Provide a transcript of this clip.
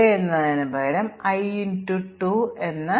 competent programmer hypothesis